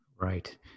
Right